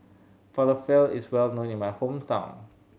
falafel is well known in my hometown